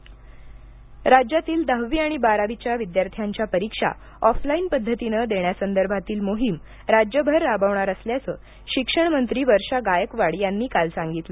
दहावी बारावी राज्यातील दहावी आणि बारावीच्या विद्यार्थ्यांच्या परीक्षा ऑफलाईन पद्धतीने देण्यासंदर्भातील मोहीम राज्यभर राबवणार असल्याचं शिक्षण मंत्री वर्षा गायकवाड यांनी काल सांगितलं